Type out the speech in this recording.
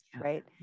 right